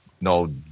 no